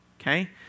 Okay